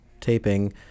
taping